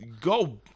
go